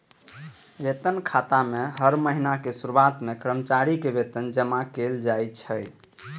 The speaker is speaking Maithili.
वेतन खाता मे हर महीनाक शुरुआत मे कर्मचारी के वेतन जमा कैल जाइ छै